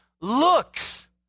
looks